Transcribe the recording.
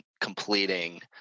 completing